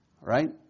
right